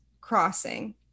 crossing